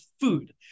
food